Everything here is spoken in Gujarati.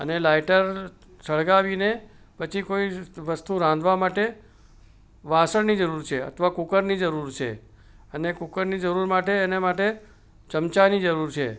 અને લાઇટર સળગાવીને પછી કોઈ વસ્તુ રાંધવા માટે વાસણની જરૂર છે અથવા કૂકરની જરૂર છે અને કૂકરની જરૂર માટે એનાં માટે ચમચાની જરૂર છે